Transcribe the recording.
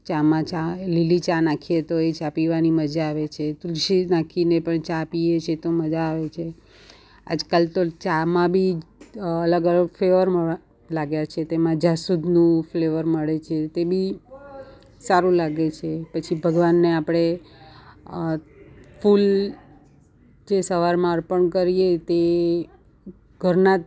ચામાં ચા એ લીલી ચા નાખીએ તો એ ચા પીવાની મજા આવે છે તુલસી નાખીને પણ ચા પીએ છે તો મજા આવે છે આજકાલ તો ચામાં બી અલગ અલગ ફ્લેવર મળવા લાગ્યાં છે તેમાં જાસૂદનું ફ્લેવર મળે છે તે બી સારું લાગે છે પછી ભગવાનને આપણે ફૂલ જે સવારમાં અર્પણ કરીએ તે ઘરનાં